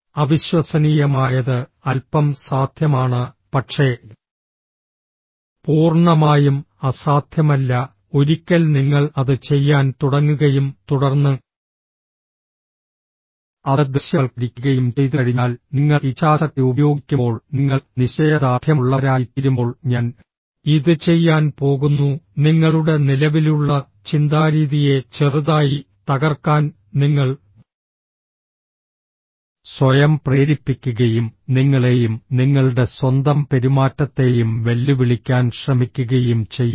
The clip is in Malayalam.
അവിശ്വസനീയമായത് അല്പം സാധ്യമാണ് പക്ഷേ പൂർണ്ണമായും അസാധ്യമല്ല ഒരിക്കൽ നിങ്ങൾ അത് ചെയ്യാൻ തുടങ്ങുകയും തുടർന്ന് അത് ദൃശ്യവൽക്കരിക്കുകയും ചെയ്തുകഴിഞ്ഞാൽ നിങ്ങൾ ഇച്ഛാശക്തി ഉപയോഗിക്കുമ്പോൾ നിങ്ങൾ നിശ്ചയദാർഢ്യമുള്ളവരായിത്തീരുമ്പോൾ ഞാൻ ഇത് ചെയ്യാൻ പോകുന്നു നിങ്ങളുടെ നിലവിലുള്ള ചിന്താരീതിയെ ചെറുതായി തകർക്കാൻ നിങ്ങൾ സ്വയം പ്രേരിപ്പിക്കുകയും നിങ്ങളെയും നിങ്ങളുടെ സ്വന്തം പെരുമാറ്റത്തെയും വെല്ലുവിളിക്കാൻ ശ്രമിക്കുകയും ചെയ്യും